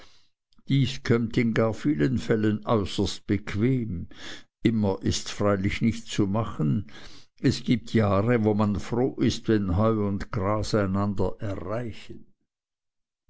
dies kömmt in gar vielen fällen äußerst bequem immer ists freilich nicht zu machen es gibt jahre wo man froh ist wenn heu und gras einander erreichen